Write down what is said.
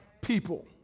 people